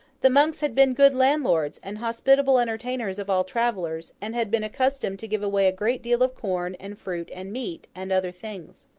the monks had been good landlords and hospitable entertainers of all travellers, and had been accustomed to give away a great deal of corn, and fruit, and meat, and other things.